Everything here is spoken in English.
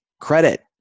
credit